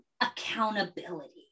accountability